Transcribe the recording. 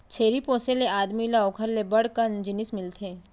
छेरी पोसे ले आदमी ल ओकर ले बड़ कन जिनिस मिलथे